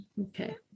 Okay